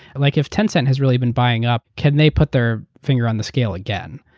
like if tencent has really been buying up, can they put their finger on the scale again?